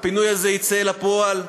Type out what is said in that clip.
הפינוי הזה יצא לפועל,